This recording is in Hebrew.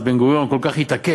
אז בן-גוריון כל כך התעקש,